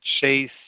chase